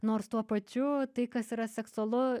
nors tuo pačiu tai kas yra seksualu